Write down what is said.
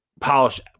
polish